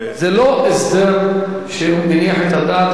זה לא הסדר שמניח את הדעת.